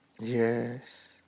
Yes